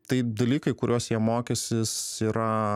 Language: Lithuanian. tai dalykai kuriuos jie mokysis yra